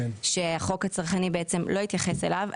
שהחוק הצרכני בעצם לא התייחס אליו,